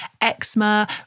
eczema